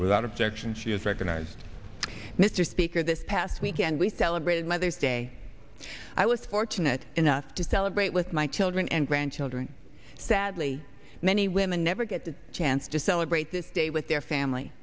without objection she is recognized mr speaker this past weekend we celebrated mother's day i was fortunate enough to celebrate with my children and grandchildren sadly many women never get the chance to celebrate this day with their family